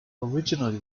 originally